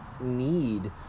need